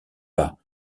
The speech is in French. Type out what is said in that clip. pas